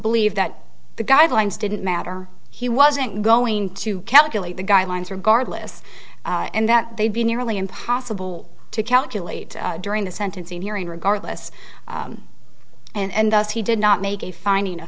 believe that the guidelines didn't matter he wasn't going to calculate the guidelines regardless and that they'd be nearly impossible to calculate during the sentencing hearing regardless and thus he did not make a finding